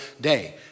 day